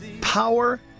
Power